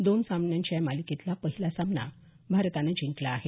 दोन सामन्यांच्या या मालिकेतला पहिला सामना भारतानं जिंकला आहे